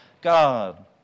God